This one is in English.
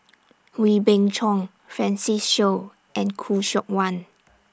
Wee Beng Chong Francis Seow and Khoo Seok Wan